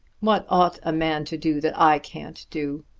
what ought a man to do that i can't do?